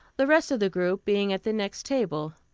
the rest of the group being at the next table.